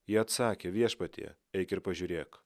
ji atsakė viešpatie eik ir pažiūrėk